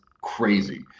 crazy